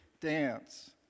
dance